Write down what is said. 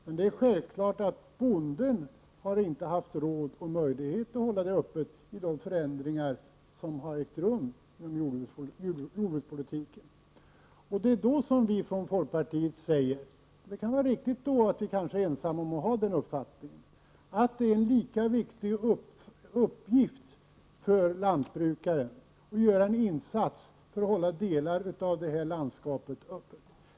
Men det är självklart att bonden inte har haft råd och möjlighet att hålla det öppet under de förändringar som har ägt rum inom jordbrukspolitiken. Vi inom folkpartiet säger då — det är kanske riktigt att vi är ensamma om att ha den uppfattningen — att det är en viktig uppgift för lantbrukaren att göra en insats för att hålla delar av det landskapet öppet.